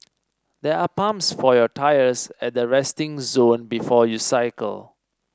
there are pumps for your tyres at the resting zone before you cycle